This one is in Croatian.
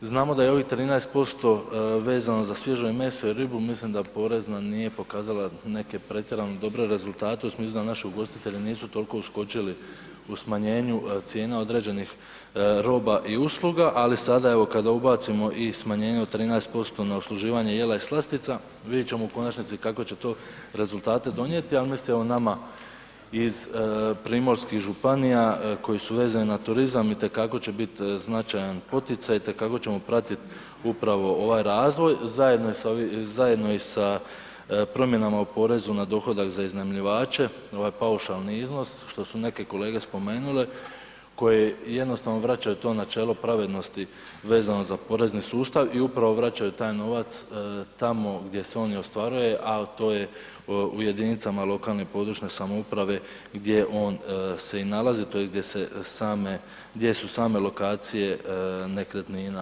Znamo da je ovih 13% vezano za svježe meso i ribu, mislim da porezna nije pokazala neke pretjerano dobre rezultate u smislu da naši ugostitelji nisu toliko uskočili u smanjenju cijena određenih roba i usluga, ali sada evo kada ubacimo i smanjenje od 13% na usluživanje jela i slastica vidjet ćemo u konačnici kakve će to rezultate donijeti, ali mislim o nama iz primorskih županija koji su vezani na turizam i te kako će biti značajan poticaj i te kako ćemo pratit upravo ovaj razvoj, zajedno i sa promjenama o porezu na dohodak za iznajmljivače, ovaj paušalni iznos što su neke kolege spomenule koje jednostavno vraćaju to načelo pravednosti vezano za porezni sustav i upravo vraćaju taj novac tamo gdje se on i ostvaruje, a to je u jedinicama lokalne i područne samouprave gdje on se i nalazi, tj. gdje se same, gdje su same lokacije nekretnina.